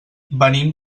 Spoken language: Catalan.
venim